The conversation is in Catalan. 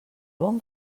bon